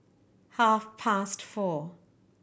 half past four